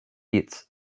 its